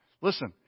listen